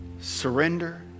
surrender